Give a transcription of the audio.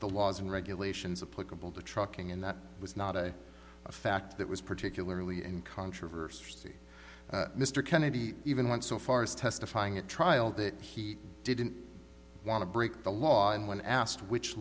the laws and regulations of political to trucking and that was not a fact that was particularly in controversy mr kennedy even went so far as testifying at trial that he didn't want to break the law and when asked which